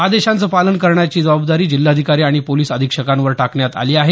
आदेशाचं पालन करण्याची जबाबदारी जिल्हाधिकारी आणि पोलिस अधिक्षकांवर टाकण्यात आली आहे